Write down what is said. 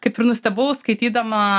kaip ir nustebau skaitydama